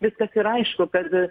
viskas yra aišku kad